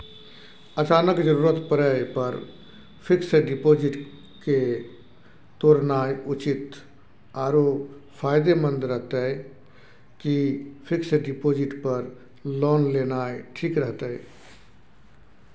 अचानक जरूरत परै पर फीक्स डिपॉजिट के तोरनाय उचित आरो फायदामंद रहतै कि फिक्स डिपॉजिट पर लोन लेनाय ठीक रहतै?